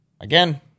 again